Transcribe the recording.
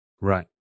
Right